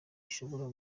ishobora